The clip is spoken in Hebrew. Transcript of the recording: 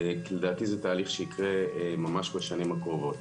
כי לדעתי זה תהליך שיקרה ממש בשנים הקרובות.